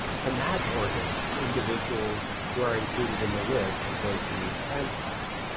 to match organs and individuals who are included in the list of those who need transplants.